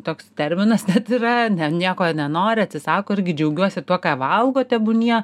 toks terminas net yra ne nieko nenori atsisako irgi džiaugiuosi tuo ką valgo tebūnie